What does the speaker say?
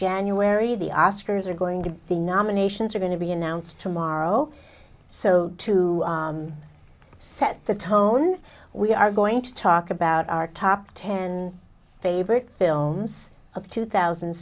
january the oscars are going to the nominations are going to be announced tomorrow so to set the tone we are going to talk about our top ten favorite films of two thousand